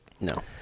No